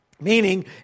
Meaning